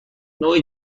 نوع